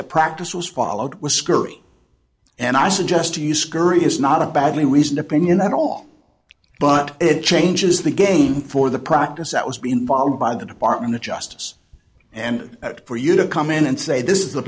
the practice was followed was scary and i suggest to you scurry is not a badly reasoned opinion at all but it changes the game for the practice that was being followed by the department of justice and for you to come in and say this is